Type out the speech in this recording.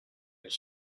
his